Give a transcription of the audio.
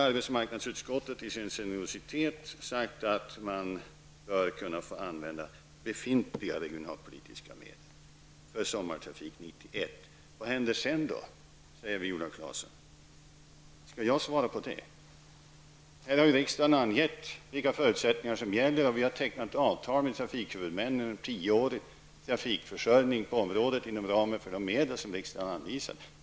Arbetsmarknadsutskottet har i sin generositet sagt att man bör kunna använda befintliga regionalpolitiska medel för sommartrafik år 1991. Viola Claesson frågar vad som händer sedan. Skall jag svara på det? Riskdagen har angett vilka förutsättningar som gäller, och vi har tecknat avtal med trafikhuvudmännen om tio-årig trafikförsörjning i området inom ramen för de medel som riksdagen anvisar.